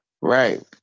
Right